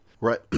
right